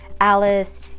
alice